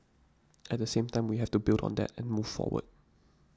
at the same time we have to build on that and move forward